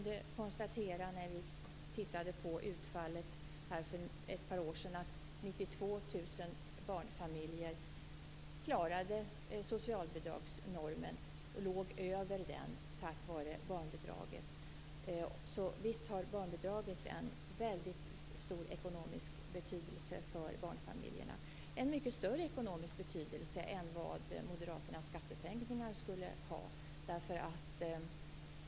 Vi kunde när vi för ett par år sedan studerade utfallet se att 92 000 barnfamiljer klarade sig över socialbidragsnormen tack vare barnbidraget. Så visst har barnbidraget en väldigt stor ekonomisk betydelse för barnfamiljerna, en mycket större ekonomisk betydelse än vad moderaternas skattesänkningar skulle ha.